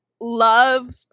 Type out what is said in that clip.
love